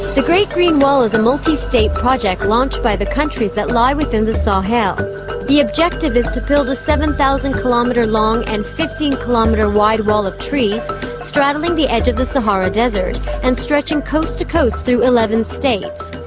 the great green wall is a multistate project launched by the countries that lie within the sahel. the objective is to build a seven thousand kilometre long and fifteen kilometre wide wall of trees straddling the edge of the sahara desert and stretching coast to coast through eleven states.